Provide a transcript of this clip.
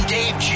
Dave